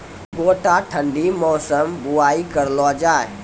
गोटा ठंडी मौसम बुवाई करऽ लो जा?